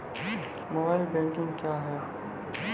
Mobile banking क्या हैं?